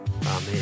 Amen